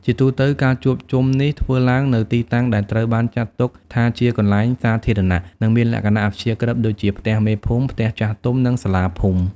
ជាទូទៅ ការជួបជុំនេះធ្វើឡើងនៅទីតាំងដែលត្រូវបានចាត់ទុកថាជាកន្លែងសាធារណៈ និងមានលក្ខណៈអព្យាក្រឹត ដូចជា ផ្ទះមេភូមិ ផ្ទះចាស់ទុំ និងសាលាភូមិ។